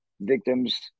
victims